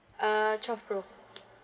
uh twelve pro